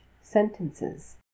sentences